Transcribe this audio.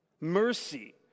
Mercy